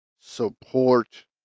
support